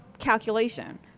calculation